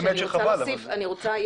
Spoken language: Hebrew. האמת שחבל, אבל --- אני רוצה להוסיף.